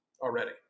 already